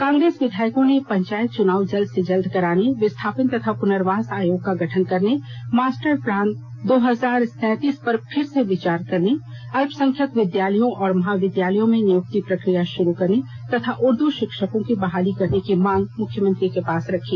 कांग्रेस विधायकों ने पंचायत चुनाव जल्द से जल्द कराने विस्थापन तथा पुनर्वास आयोग का गठन करने मास्टर प्लान दो हजार सैंतीस फिर से विचार करने अल्पसंख्यक विद्यालयों और महाविद्यालयों में नियुक्ति प्रक्रिया शुरू करने तथा उर्दू शिक्षकों की बहाली करने की मांग मुख्यमंत्री के पास रखी